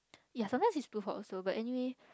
ya sometimes it's too hot also but anyway